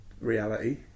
reality